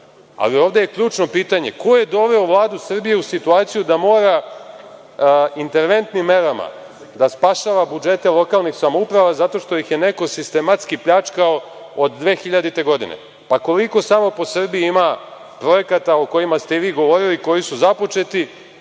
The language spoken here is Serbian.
ali ovde je ključno pitanje – ko je doveo Vladu Srbije u situaciju da mora interventnim merama da spašava budžete lokalnim samoupravama zato što ih je neko sistematski pljačkao od 2000. godine? Koliko samo u Srbiji ima projekata o kojima ste i vi govorili koji su započeti,